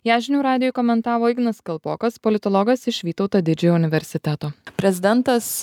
ją žinių radijui komentavo ignas kalpokas politologas iš vytauto didžiojo universiteto prezidentas